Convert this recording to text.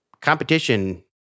competition